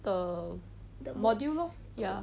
的的 module lor ya